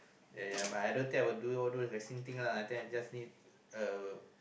uh I don't think I would do all those racing things lah I think I just need ah